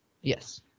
Yes